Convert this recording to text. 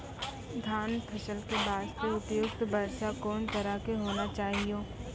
धान फसल के बास्ते उपयुक्त वर्षा कोन तरह के होना चाहियो?